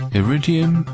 iridium